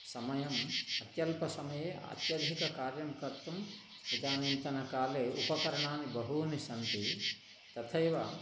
समयम् अत्यल्पसमये अत्यधिककार्यं कर्तुम् इदानीन्तनकाले उपकरणानि बहूनि सन्ति तथैव